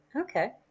Okay